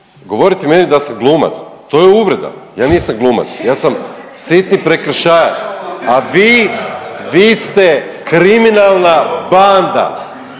govoriti meni da sam glumac, to je uvreda, ja nisam glumac, ja sam sitni prekršajac, a vi, vi ste kriminalna banda.